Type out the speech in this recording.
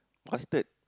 bastard